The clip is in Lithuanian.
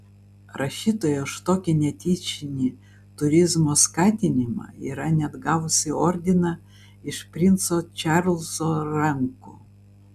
rašytoja už tokį netyčinį turizmo skatinimą yra net gavusi ordiną iš princo čarlzo rankų